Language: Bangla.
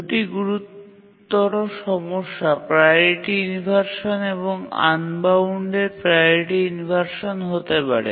দুটি গুরুতর সমস্যা প্রাওরিটি ইনভারসান এবং আনবাউন্ডেড প্রাওরিটি ইনভারসান হতে পারে